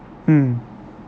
mm